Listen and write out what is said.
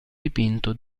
dipinto